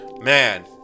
man